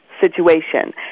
situation